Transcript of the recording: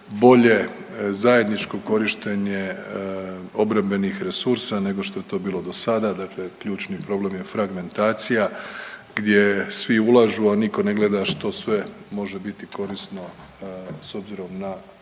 bolje zajedničko korištenje obrambenih resursa nego što je to bilo do sada, dakle ključni problem je fragmentacija gdje svi ulažu, a niko ne gleda što sve može biti korisno s obzirom na